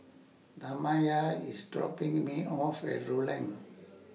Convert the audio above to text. Tamya IS dropping Me off At Rulang